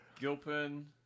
Gilpin